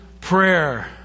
prayer